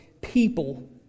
people